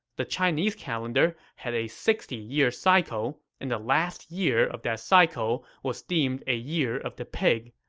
the chinese calendar had a sixty year cycle, and the last year of that cycle was deemed a year of the pig.